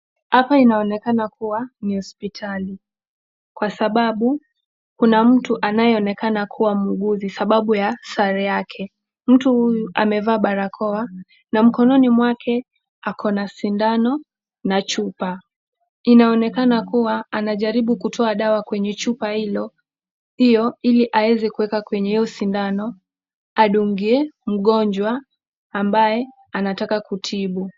Hapa inaonekana kuwa ni hospitali, kwa sababu kuna mtu anayeonekana kuwa muguzi sababu ya sare yake. Mtu huyu amevaa barakoa, na mkononi mwake ako na sindano na chupa. Inaonekana kuwa anajaribu kutoa dawa kwenye chupa Hiyo Ili aweze kuweka kwenye Hiyo sindano, adungie mgonjwa ambaye anataka kutibu.